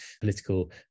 political